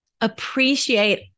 Appreciate